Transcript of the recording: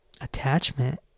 Attachment